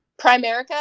Primerica